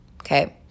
Okay